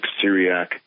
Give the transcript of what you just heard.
Syriac